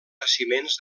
jaciments